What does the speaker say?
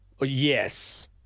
Yes